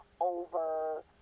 over